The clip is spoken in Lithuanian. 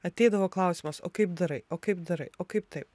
ateidavo klausimas o kaip darai o kaip darai o kaip taip